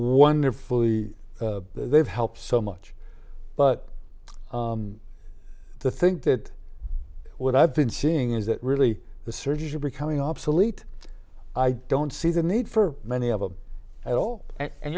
wonderfully they've helped so much but the think that what i've been seeing is that really the surgeons are becoming obsolete i don't see the need for many of them at all and